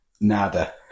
Nada